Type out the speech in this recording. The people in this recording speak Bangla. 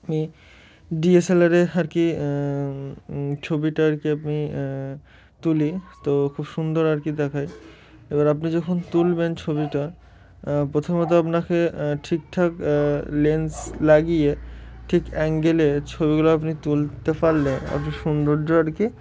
আমি ডি এস এল আরে আর কি ছবিটা আর কি আপনি তুলি তো খুব সুন্দর আর কি দেখায় এবার আপনি যখন তুলবেন ছবিটা প্রথমত আপনাকে ঠিকঠাক লেন্স লাগিয়ে ঠিক অ্যাঙ্গেলে ছবিগুলো আপনি তুলতে পারলে অত সৌন্দর্য আর কি